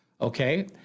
Okay